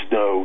no